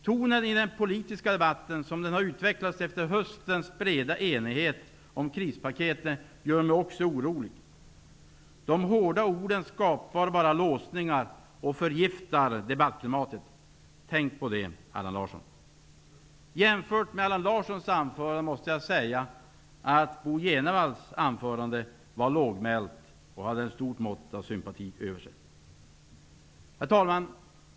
Tonen i den politiska debatten, som den utvecklats efter höstens breda enighet om krispaketet, gör mig orolig. De hårda orden skapar bara låsningar och förgiftar debattklimatet. Tänk på det, Allan Larsson. Jag måste säga att jämfört med Allan Larssons anförande var Bo G Jenevalls anförande lågmält och hade ett stort mått av sympati över sig. Herr talman!